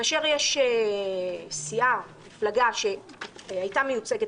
כאשר יש סיעה או מפלגה שהייתה מיוצגת